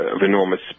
enormous